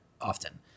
often